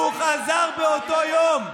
איזה מקרון, הוא חזר באותו יום.